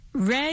Red